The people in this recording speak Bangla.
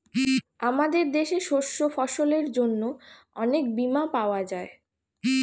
আমাদের দেশে শস্য ফসলের জন্য অনেক বীমা পাওয়া যায়